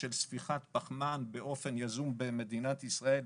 של ספיחת פחמן באופן יזום במדינת ישראל?